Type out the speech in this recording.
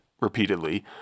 repeatedly